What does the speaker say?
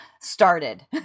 started